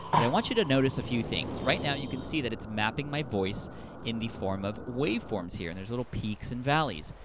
but i want you to notice a few things. right now, you can see that it's mapping my voice in the form of waveforms, here, and there's little peaks and valleys.